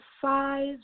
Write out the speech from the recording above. size